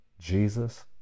jesus